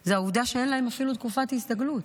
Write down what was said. היא העובדה שאין להן אפילו תקופת הסתגלות,